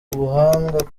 ubuhanga